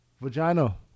vagina